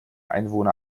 einwohner